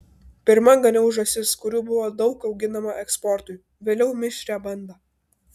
pirma ganiau žąsis kurių buvo daug auginama eksportui vėliau mišrią bandą